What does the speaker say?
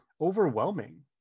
overwhelming